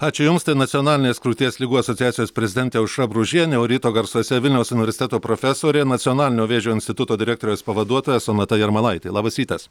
ačiū jums tai nacionalinės krūties ligų asociacijos prezidentė aušra bružienė o ryto garsuose vilniaus universiteto profesorė nacionalinio vėžio instituto direktorės pavaduotoja sonata jarmalaitė labas rytas